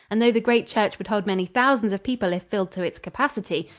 and though the great church would hold many thousands of people if filled to its capacity,